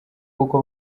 kuko